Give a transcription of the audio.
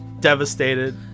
devastated